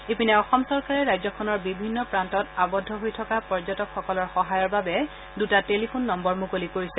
ইপিনে অসম চৰকাৰে ৰাজ্যখনৰ বিভিন্ন প্ৰান্তত আবদ্ধ হৈ থকা পৰ্যটকসকলৰ সহায়ৰ বাবে দুটা টেলিফোন নম্বৰ মুকলি কৰিছে